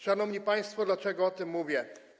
Szanowni państwo, dlaczego o tym mówię?